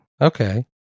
Okay